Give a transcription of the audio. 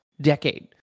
decade